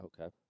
Okay